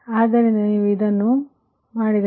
ಆದ್ದರಿಂದ ಇದನ್ನು ನೀವು ಮಾಡಬೇಕು